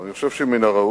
אבל אני חושב שמן הראוי